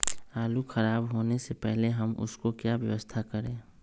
आलू खराब होने से पहले हम उसको क्या व्यवस्था करें?